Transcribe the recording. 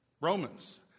Romans